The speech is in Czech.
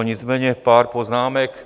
Nicméně pár poznámek.